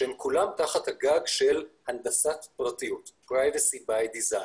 שהם כולם תחת הגג של הנדסת פרטיות privacy by design.